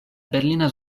berlina